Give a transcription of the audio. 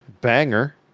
banger